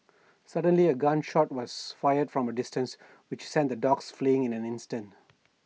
suddenly A gun shot was fired from A distance which sent the dogs fleeing in an instant